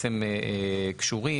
אני אקרא גם את סעיף 4 כי הם קשורים.